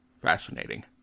Fascinating